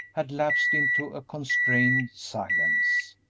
had lapsed into a constrained silence.